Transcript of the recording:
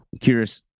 curious